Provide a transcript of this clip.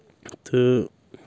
تہٕ